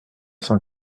cent